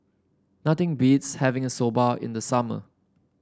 nothing beats having Soba in the summer